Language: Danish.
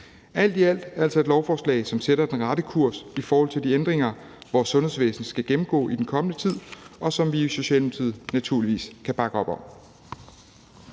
det altså et lovforslag, som sætter den rette kurs i forhold til de ændringer, vores sundhedsvæsen skal gennemgå i den kommende tid, og som vi i Socialdemokratiet naturligvis kan bakke op om.